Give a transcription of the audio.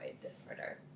disorder